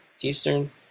Eastern